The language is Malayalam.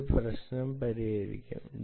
ഇത് പ്രശ്നം പരിഹരിക്കും